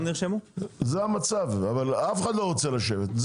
זה המצב אבל אף אחד לא רוצה לשבת.